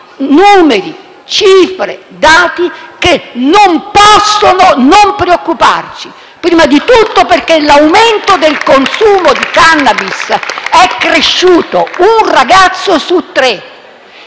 numeri, cifre, dati che non possono non preoccuparci.; prima di tutto perché il consumo di *cannabis* è cresciuto (un ragazzo su tre),